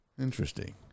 Interesting